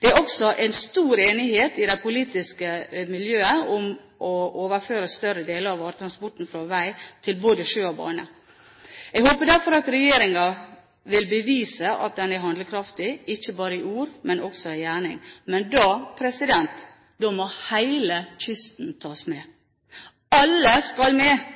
Det er også en stor enighet i det politiske miljøet om å overføre større deler av varetransporten fra vei til både sjø og bane. Jeg håper derfor at regjeringen vil bevise at den er handlekraftig, ikke bare i ord, men også i gjerning. Men da må hele kysten tas med. «Alle skal med»